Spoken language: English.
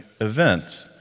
event